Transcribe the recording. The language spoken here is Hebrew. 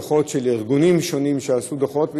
דוחות של ארגונים שעשו דוחות,